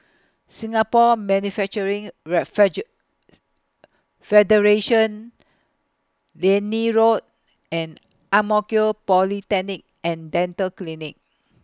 Singapore Manufacturing Refeju Federation Liane Road and Ang Mo Kio Polyclinic and Dental Clinic